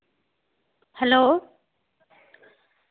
hello